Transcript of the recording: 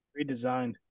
Redesigned